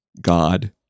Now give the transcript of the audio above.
god